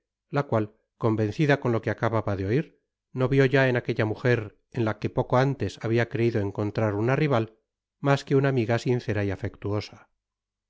la cual convencida con lo que acababa de oir no vió ya en aquella mujer en la que poco antes habia creido encontrar una rival mas que una amiga sincera y afectuosa